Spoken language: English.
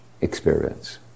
experience